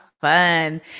fun